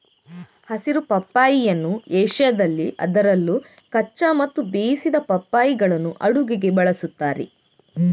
ಹಸಿರು ಪಪ್ಪಾಯಿಯನ್ನು ಏಷ್ಯಾದಲ್ಲಿ ಅದರಲ್ಲೂ ಕಚ್ಚಾ ಮತ್ತು ಬೇಯಿಸಿದ ಪಪ್ಪಾಯಿಗಳನ್ನು ಅಡುಗೆಗೆ ಬಳಸುತ್ತಾರೆ